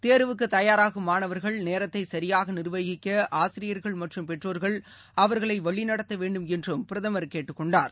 தேர்வுக்கு தயாராகும் மாணவர்கள் நேரத்தை சரியாக நிர்வகிக்க ஆசிரியர்கள் மற்றும் பெற்றோர்கள் அவர்களை வழிநடத்த வேண்டும் என்றும் பிரதமர் கேட்டுக்கொண்டார்